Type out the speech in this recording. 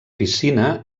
piscina